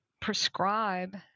prescribe